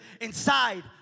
inside